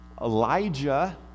Elijah